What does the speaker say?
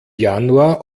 januar